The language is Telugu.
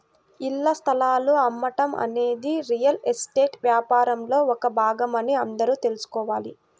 ఇళ్ల స్థలాలు అమ్మటం అనేది రియల్ ఎస్టేట్ వ్యాపారంలో ఒక భాగమని అందరూ తెల్సుకోవాలి